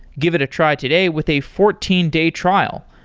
give it a try today with a fourteen day trial.